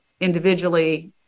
individually